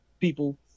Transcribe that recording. people